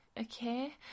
Okay